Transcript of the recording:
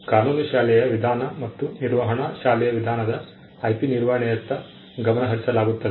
ಕಾನೂನು ಶಾಲೆಯ ವಿಧಾನ ಮತ್ತು ನಿರ್ವಹಣಾ ಶಾಲೆಯ ವಿಧಾನದ IP ನಿರ್ವಹಣೆಯತ್ತ ಗಮನ ಹರಿಸಲಾಗುತ್ತದೆ